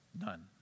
none